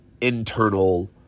internal